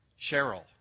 Cheryl